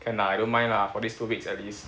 can lah I don't mind lah for these two weeks at least